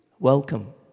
Welcome